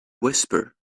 whisper